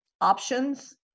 options